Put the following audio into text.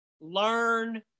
learn